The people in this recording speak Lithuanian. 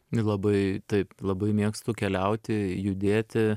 labai taip labai mėgstu keliauti judėti